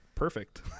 perfect